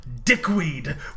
dickweed